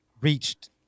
reached